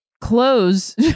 close